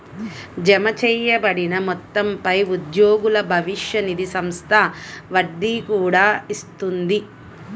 జమచేయబడిన మొత్తంపై ఉద్యోగుల భవిష్య నిధి సంస్థ వడ్డీ కూడా ఇస్తుంది